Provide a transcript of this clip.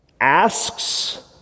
asks